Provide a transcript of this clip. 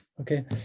okay